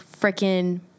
freaking